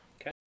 Okay